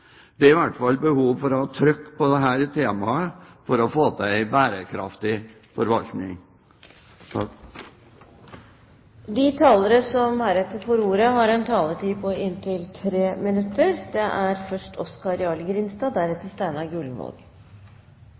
Det er i hvert fall behov for å ha trykk på dette temaet for å få til en bærekraftig forvaltning. De talere som heretter får ordet, har en taletid på inntil 3 minutter. Dette er